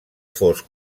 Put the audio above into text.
fosc